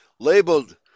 labeled